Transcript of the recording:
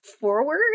forward